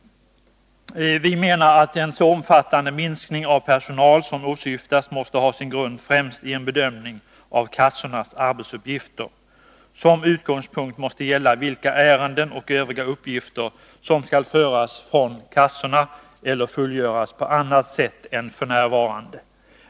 Vi menar att en så omfattande minskning av personalen som åsyftas måste ha sin grund främst i en bedömning av kassornas arbetsuppgifter. Som utgångspunkt måste gälla vilka ärenden och övriga uppgifter som skall föras från kassorna eller fullgöras på annat sätt än f. n.